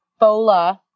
fola